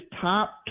top